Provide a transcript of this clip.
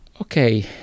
Okay